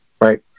right